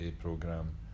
program